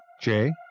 Jay